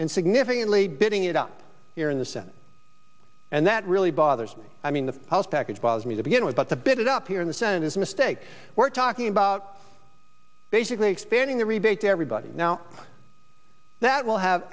and significantly bidding it up here in the senate and that really bothers me i mean the house package bothers me to begin with but the bit up here in the senate is a mistake we're talking about basically expanding the rebate to everybody now that will have